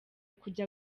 kujya